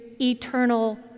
eternal